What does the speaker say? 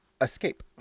escape